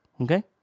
okay